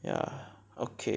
ya okay